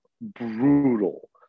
brutal